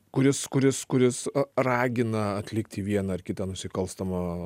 kuris kuris kuris ragina atlikti vieną ar kita nusikalstamą